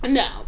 no